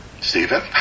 Stephen